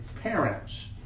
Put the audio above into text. parents